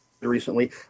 recently